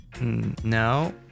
No